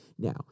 Now